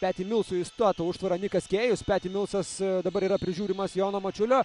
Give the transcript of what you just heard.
peti milsui užstato užtvara nikas kėjus peti milsas dabar yra prižiūrimas jono mačiulio